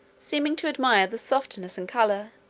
seeming to admire the softness and colour